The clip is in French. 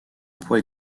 poids